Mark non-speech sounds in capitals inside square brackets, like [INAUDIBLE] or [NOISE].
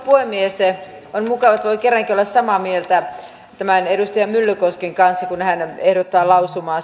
[UNINTELLIGIBLE] puhemies on mukava että voi kerrankin olla samaa mieltä edustaja myllykosken kanssa kun hän ehdottaa lausumaa [UNINTELLIGIBLE]